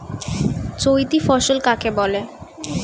চৈতি ফসল কাকে বলে?